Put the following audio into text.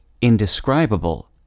indescribable